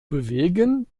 bewegen